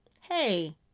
hey